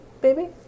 baby